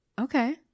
Okay